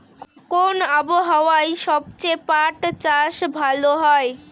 কোন আবহাওয়ায় সবচেয়ে পাট চাষ ভালো হয়?